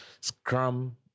Scrum